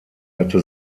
hatte